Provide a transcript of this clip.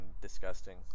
disgusting